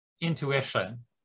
intuition